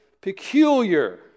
peculiar